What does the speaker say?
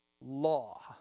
law